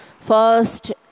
first